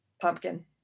Pumpkin